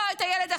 לא את הילד החרדי,